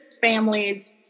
families